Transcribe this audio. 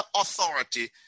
authority